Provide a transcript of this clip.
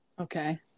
Okay